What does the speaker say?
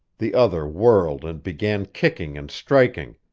the other whirled and began kicking and striking.